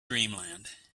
dreamland